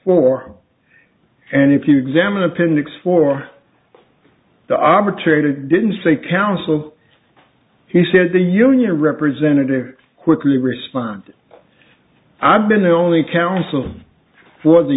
four and if you examine appendix four the arbitrated didn't say council he said the union representative quickly responded i've been the only counsel for the